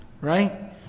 right